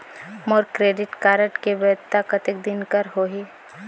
मोर credit card के वैधता कतेक दिन कर होही?